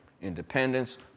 independence